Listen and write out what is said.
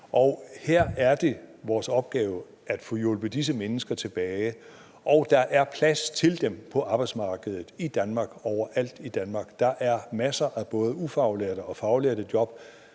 Her er det vores opgave at få hjulpet disse mennesker tilbage, og der er plads til dem på arbejdsmarkedet overalt i Danmark. Der er masser af job for både ufaglærte og faglærte.